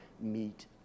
meet